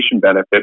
benefit